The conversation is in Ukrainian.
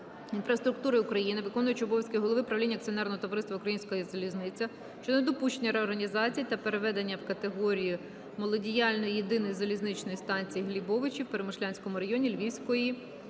інфраструктури України, виконуючого обов'язки голови правління Акціонерного товариства "Українська залізниця" щодо недопущення реорганізації та переведення в категорію малодіяльної єдиної залізничної станції Глібовичі у Перемишлянському районі Львівської